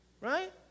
Right